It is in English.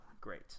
Great